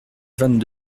vingt